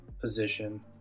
position